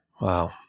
Wow